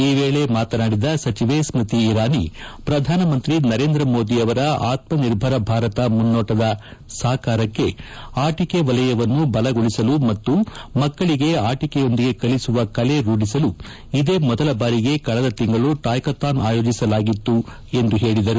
ಈ ವೇಳೆ ಮಾತನಾಡಿದ ಸಚಿವೆ ಸ್ಮೃತಿ ಇರಾನಿ ಪ್ರಧಾನಮಂತ್ರಿ ನರೇಂದ್ರ ಮೋದಿ ಅವರ ಆತ್ಮ ನಿರ್ಭರ ಭಾರತ ಮುನ್ನೋಟದ ಸಾಕಾರಕ್ಕೆ ಆಟಿಕೆ ವಲಯವನ್ನು ಬಲಗೊಳಿಸಲು ಮತ್ತು ಮಕ್ಕಳಿಗೆ ಅಟಿಕೆಯೊಂದಿಗೆ ಕಲಿಸುವ ಕಲೆ ರೂಢಿಸಲು ಇದೇ ಮೊದಲ ಬಾರಿಗೆ ಕಳೆದ ತಿಂಗಳು ಟಾಯ್ಕಥಾನ್ ಆಯೋಜಿಸಲಾಗಿತ್ತು ಎಂದು ಹೇಳಿದರು